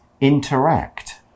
interact